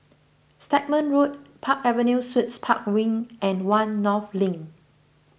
Stagmont Road Park Avenue Suites Park Wing and one North Link